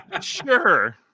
sure